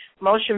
Motion